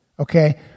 Okay